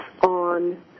on